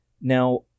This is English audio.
Now